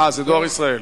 אה, זה "דואר ישראל".